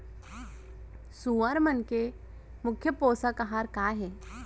सुअर मन के मुख्य पोसक आहार का हे?